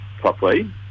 properly